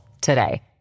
today